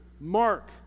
Mark